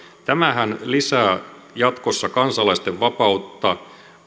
tämähän lisää jatkossa kansalaisten vapautta